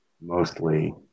mostly